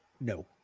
No